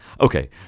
Okay